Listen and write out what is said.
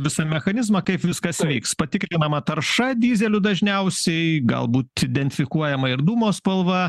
visą mechanizmą kaip viskas vyks patikrinama tarša dyzelių dažniausiai galbūt idenfikuojama ir dūmo spalva